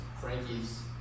Frankie's